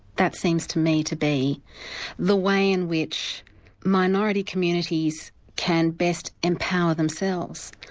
that seems to me to be the way in which minority communities can best empower themselves.